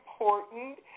important